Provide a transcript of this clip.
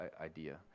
idea